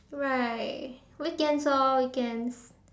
right weekends orh weekends